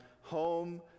home